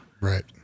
right